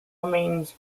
remains